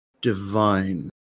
Divine